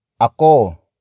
ako